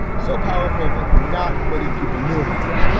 so powerful that not many people knew about it.